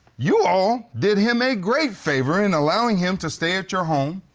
you all did him a great favor in allowing him to stay at your home,